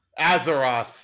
Azeroth